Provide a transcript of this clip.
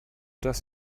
does